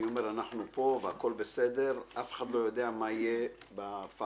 אנחנו פה, הכול בסדר, אף אחד לא יודע מי יהיה פה.